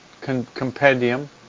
Compendium